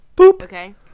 Okay